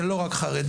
זה לא רק חרדים,